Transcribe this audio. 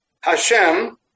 Hashem